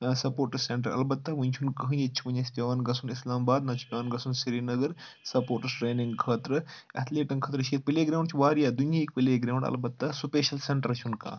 sports centre البَتہ وٕنہِ چھُنہٕ کٕہٕنۍ ییٚتہِ چھُ وٕنہِ اَسہِ پیٚوان گژھُن اِسلام آباد نتہٕ چھُ پیٚوان گژھُن سریٖنگر سَپوٹٕس ٹرینِنٛگ خٲطرٕ ایٚتھلیٖٹَن خٲطرٕ چھِ ییٚتہِ پٕلے گرٛاوُنٛڈ چھِ واریاہ دُنیہٕکۍ پٕلے گرٛاوُنٛڈ البَتہ سُپَیشَل سیٚنٹَر چھُنہٕ کانٛہہ